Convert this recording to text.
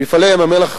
"מפעלי ים-המלח"